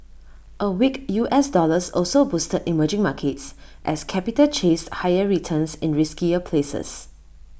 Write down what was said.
A weak U S dollar also boosted emerging markets as capital chased higher returns in riskier places